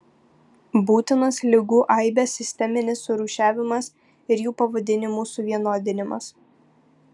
būtinas ligų aibės sisteminis surūšiavimas ir jų pavadinimų suvienodinimas